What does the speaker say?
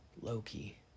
Loki